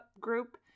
group